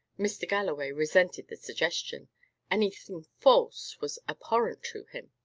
mr. galloway resented the suggestion anything false was abhorrent to him.